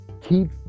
Keep